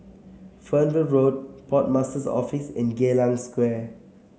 Fernvale Road Port Master's Office and Geylang Square